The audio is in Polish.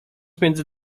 między